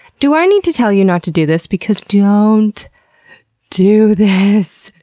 do i need to tell you not to do this? because don't do this.